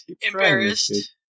embarrassed